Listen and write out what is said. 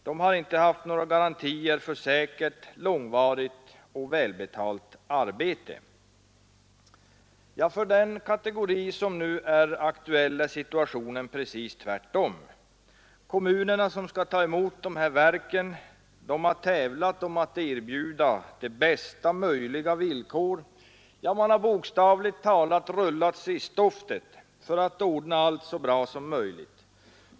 De har inte haft några garantier för säkert, långvarigt och välbetalt arbete. För den kategori som nu aktuell är situationen precis tvärtom. De kommuner som skall ta emot de här verken har tävlat om att erbjuda de bästa möjliga villkor. Ja, man har bildligt talat rullat sig i stoftet för att ordna allt så bra som möjligt.